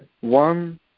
one